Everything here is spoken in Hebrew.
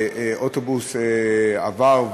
והאוטובוס עבר,